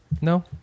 No